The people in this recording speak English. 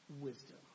wisdom